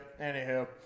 Anywho